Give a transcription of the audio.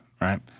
right